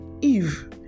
eve